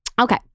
Okay